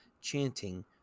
chanting